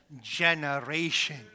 generation